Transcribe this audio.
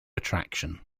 attraction